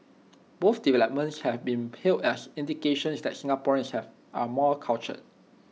both developments have been hailed as indications that Singaporeans have are more cultured